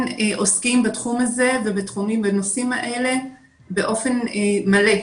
עוסקים בתחום הזה ובנושאים האלה באופן מלא.